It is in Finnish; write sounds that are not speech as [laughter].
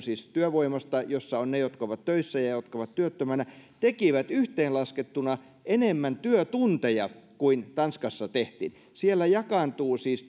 [unintelligible] siis työvoimasta jossa ovat mukana ne jotka ovat töissä ja jotka ovat työttömänä teki yhteenlaskettuna enemmän työtunteja kuin tanskassa tehtiin siellä siis [unintelligible]